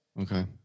Okay